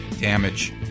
damage